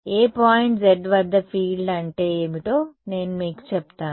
ఏ point z వద్ద field అంటే ఏమిటో నేను మీకు చెప్తాను